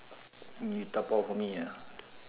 you top up for me ah